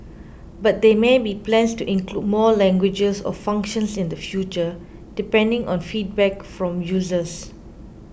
but there may be plans to include more languages or functions in the future depending on feedback from users